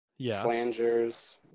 flangers